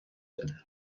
دادم